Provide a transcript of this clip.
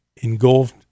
engulfed